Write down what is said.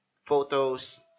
Photos